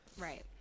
Right